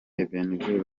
ebenezer